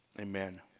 amen